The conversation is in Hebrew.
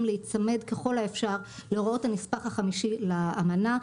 להיצמד ככל האפשר להוראות הנספח החמישי לאמנה,